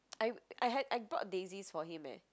I I had I brought daisies for him eh